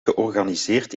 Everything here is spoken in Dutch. georganiseerd